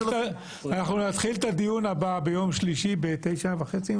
ואנחנו נתחיל את הדיון הבא ביום שלישי בתשע וחצי,